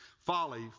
Folly